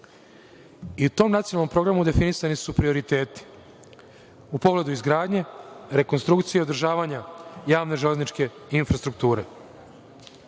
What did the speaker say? i u tom nacionalnom programu definisani su prioriteti u pogledu izgradnje, rekonstrukcije, održavanja javne železničke infrastrukture.